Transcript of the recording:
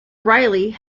riley